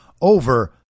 over